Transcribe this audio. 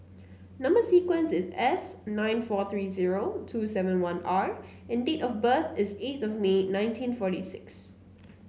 number sequence is S nine four three zero two seven one R and date of birth is eighth of May nineteen forty six